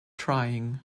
trying